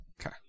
Okay